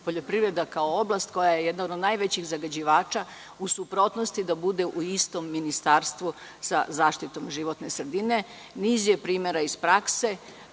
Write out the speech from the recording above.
poljoprivreda kao oblast koja je jedna od najvećih zagađivača u suprotnosti da bude u istom ministarstvu sa zaštitom životne sredine. Niz je primera iz prakse,